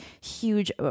huge